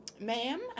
ma'am